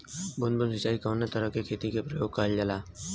बूंद बूंद सिंचाई कवने तरह के खेती में प्रयोग कइलजाला?